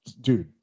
dude